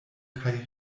kaj